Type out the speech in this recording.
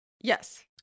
Yes